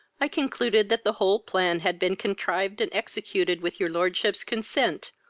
i concluded that the whole plan had been contrived and executed with your lordship's consent,